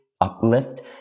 uplift